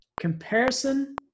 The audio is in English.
comparison